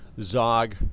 Zog